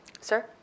Sir